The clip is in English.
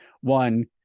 One